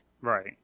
Right